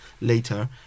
later